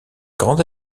grande